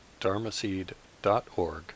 dharmaseed.org